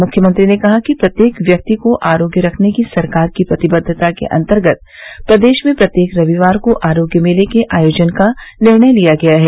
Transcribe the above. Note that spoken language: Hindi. मुख्यमंत्री ने कहा कि प्रत्येक व्यक्ति को आरोग्य रखने की सरकार की प्रतिबद्वता के अन्तर्गत प्रदेश में प्रत्येक रविवार को आरोग्य मेले के आयोजन का निर्णय लिया गया है